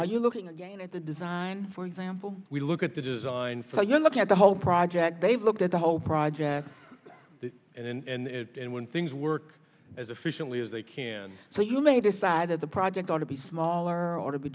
are you looking again at the design for example we look at the design for you're looking at the whole project they've looked at the whole project and when things work as efficiently as they can so you may decide that the project ought to be smaller or